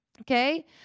okay